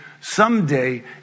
someday